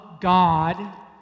God